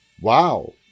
Wow